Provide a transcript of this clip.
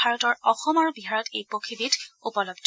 ভাৰতৰ অসম আৰু বিহাৰত এই পক্ষীবিধ উপলব্ধ